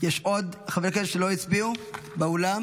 יש עוד חברי כנסת שלא הצביעו באולם?